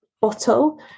bottle